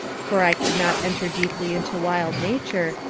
for i could not enter deeply into wild nature,